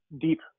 deep